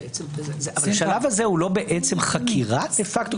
השלב הזה הוא לא בעצם חקירה דה-פקטו?